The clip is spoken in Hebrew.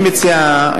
אני מציע,